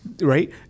Right